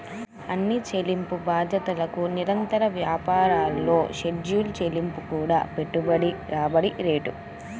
అన్ని చెల్లింపు బాధ్యతలకు నిర్ణీత వ్యవధిలో షెడ్యూల్ చెల్లింపు కూడిన పెట్టుబడి రాబడి రేటు